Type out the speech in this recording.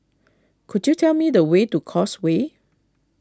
could you tell me the way to Causeway